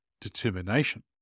determination